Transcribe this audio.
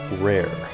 Rare